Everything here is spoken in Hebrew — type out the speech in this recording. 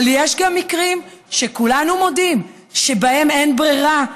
יש גם מקרים שכולנו מודים שבהם אין ברירה,